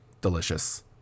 delicious